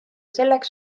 selleks